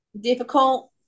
difficult